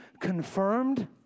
confirmed